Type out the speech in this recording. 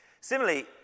Similarly